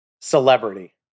celebrity